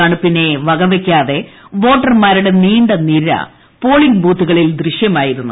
തണുപ്പിനെ വകവയ്ക്കാതെ വോട്ടർമാരുടെ നീണ്ടനിര പോളിംഗ് ബൂത്തുകളിൽ ദൃശ്യമായിരുന്നു